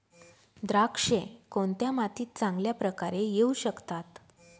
द्राक्षे कोणत्या मातीत चांगल्या प्रकारे येऊ शकतात?